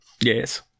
yes